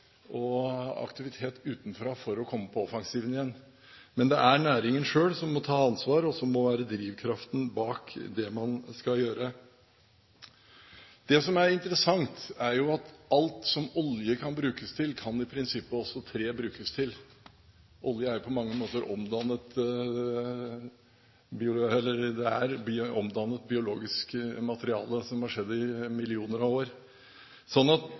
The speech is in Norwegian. aktivitet utenfra for å komme på offensiven igjen. Men det er næringen selv som må ta ansvar, og som må være drivkraften bak det man skal gjøre. Det som er interessant, er at alt som olje kan brukes til, kan i prinsippet også tre brukes til. Olje er på mange måter omdannet biologisk materiale, som er omdannet over millioner av år. Så potensialet er svært. Da burde man ha ambisjoner når det gjelder ressursgrunnlaget og utnyttelsen av